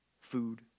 food